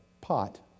pot